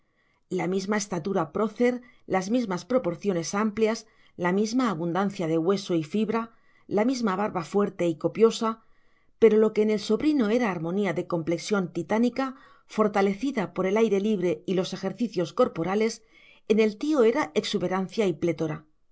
la misma estatura prócer las mismas proporciones amplias la misma abundancia de hueso y fibra la misma barba fuerte y copiosa pero lo que en el sobrino era armonía de complexión titánica fortalecida por el aire libre y los ejercicios corporales en el tío era exuberancia y